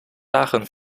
lagen